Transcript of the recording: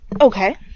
Okay